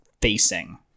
facing